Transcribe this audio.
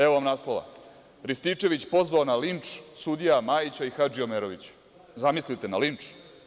Evo vam naslova – „Rističević pozvao na linč sudije Majića i Hadžiomerović“, zamislite na linč.